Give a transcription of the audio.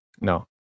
No